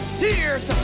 tears